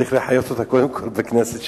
וצריך לחייב את זה קודם כול בכנסת שלנו.